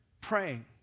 praying